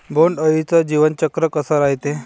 बोंड अळीचं जीवनचक्र कस रायते?